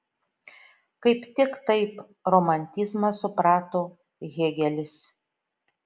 kaip tik taip romantizmą suprato hėgelis